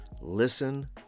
listen